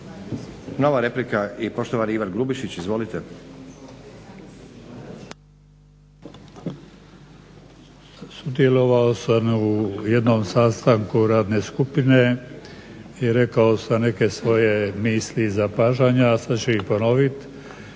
Nova replika i poštovani Ivan Grubišić, izvolite. **Grubišić, Ivan (Nezavisni)** Sudjelovao sam u jednom sastanku radne skupine i rekao sam neke svoje misli i zapažanja, a sad ću ih ponoviti.